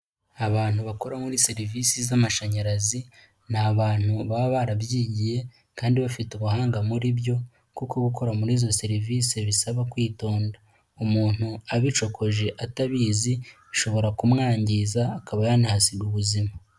Abantu bakora muri serivisi z'amashanyarazi ni abantu baba barabyigiye kandi bafite ubuhanga muri byo kuko gukora muri izo serivisi bisaba kwitonda, umuntu abicokoje atabizi bishobora kumwangiza akaba yanahasiga ubuzima.